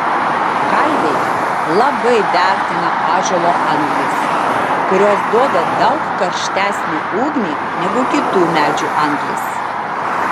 kalviai labai vertina ąžuolo anglis kurios duoda daug karštesnę ugnį negu kitų medžių anglys